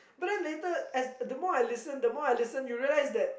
but then later the more I listen the more I listen you realize that